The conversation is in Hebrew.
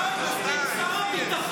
קרעי, השר קרעי, די, מספיק.